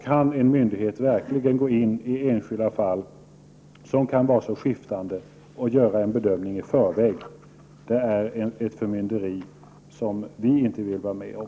Kan en myndighet verkligen gå in i enskilda fall, som kan vara så skiftande, och göra en bedömning i förväg? Det är ett förmynderi som vi inte vill vara med om.